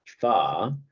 FAR